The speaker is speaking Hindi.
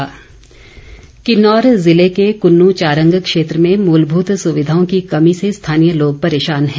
समस्या किन्नौर जिले के कृन्नू चारंग क्षेत्र में मूलभूत सुविधाओं की कमी से स्थानीय लोग परेशान हैं